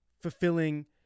fulfilling